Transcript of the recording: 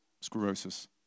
sclerosis